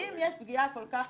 אם יש פגיעה כל כך